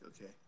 okay